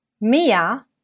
mia